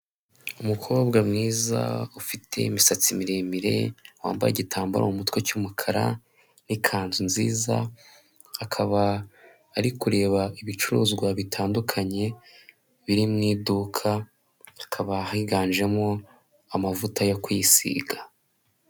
Umukobwa mwiza ufite imisatsi miremire wambaye igitambaro mu mutwe cy'umukara n'ikanzu nziza akaba ari kureba ibicuruzwa bitandukanye biri mu iduka hakaba higanjemo amavuta yo kwisiga.